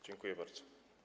Dziękuję bardzo.